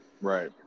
right